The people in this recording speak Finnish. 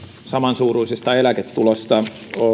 samansuuruisesta eläketulosta